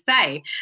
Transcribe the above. say